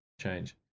change